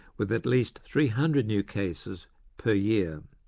with at least three hundred new cases per year.